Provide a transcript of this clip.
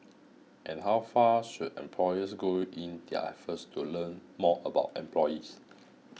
and how far should employers go in their efforts to learn more about employees